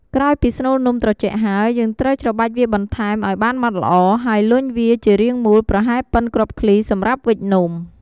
ក្រោយពីស្នូលនំត្រជាក់ហើយ យើងត្រូវច្របាច់វាបន្ថែម ឱ្យបានម៉ដ្ឋល្អ ហើយលុញវា ជារាងមូល ប្រហែលបុិនគ្រាប់ឃ្លី សម្រាប់វេចនំ។